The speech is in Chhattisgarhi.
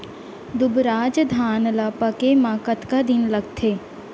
दुबराज धान ला पके मा कतका दिन लगथे?